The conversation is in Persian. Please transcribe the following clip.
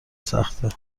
سخته